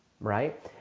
Right